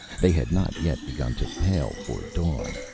they had not yet begun to pale for dawn.